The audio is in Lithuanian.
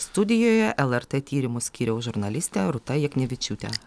studijoje lrt tyrimų skyriaus žurnalistė rūta juknevičiūtė